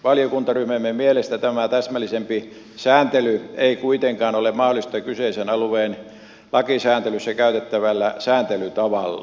valiokuntaryhmämme mielestä tämä täsmällisempi sääntely ei kuitenkaan ole mahdollista kyseisen alueen lakisääntelyssä käytettävällä sääntelytavalla